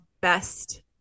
best